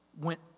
went